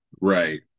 Right